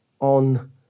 on